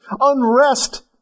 Unrest